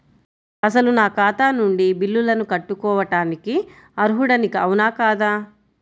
అసలు నా ఖాతా నుండి బిల్లులను కట్టుకోవటానికి అర్హుడని అవునా కాదా?